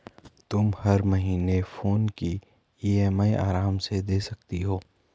तुम हर महीने फोन की ई.एम.आई आराम से दे सकती हो